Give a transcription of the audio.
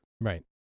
Right